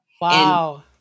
Wow